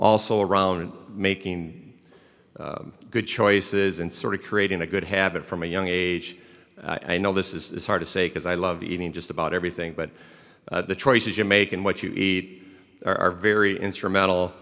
also around and making good choices in sort of creating a good habit from a young age i know this is hard to say because i love eating just about everything but the choices you make and what you eat are very instrumental